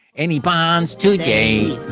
any bonds today.